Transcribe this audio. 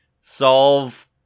Solve